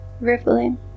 rippling